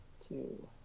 Two